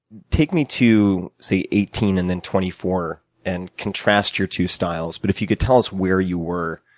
take me to, say, eighteen and then twenty four and contrast your two styles. but if you could tell us where you were